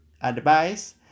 advice